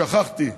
שכחתי,